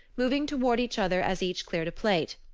moving toward each other as each cleared a plate.